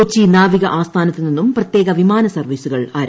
കൊച്ചി നാവിക ആസ്ഥാനത്തു നിന്നും പ്രത്യേക വിമാന സർവ്വീസുകൾ ആരംഭിച്ചു